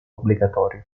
obbligatorio